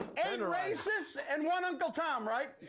and racists and one uncle tom, right?